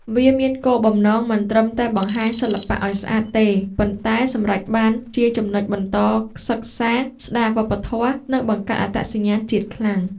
វាមានគោលបំណងមិនត្រឹមតែបង្ហាញសិល្បៈឲ្យស្អាតទេ ប៉ុន្តែសម្រេចបានជាចំណុចបន្តសិក្សា ស្តារវប្បធម៌ និងបង្កើតអត្តសញ្ញាណជាតិខ្លាំង។